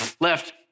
left